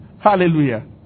Hallelujah